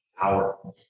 power